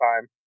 time